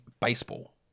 Baseball